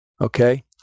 okay